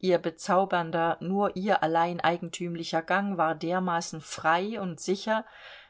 ihr bezaubernder nur ihr allein eigentümlicher gang war dermaßen frei und sicher